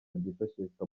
byifashishwa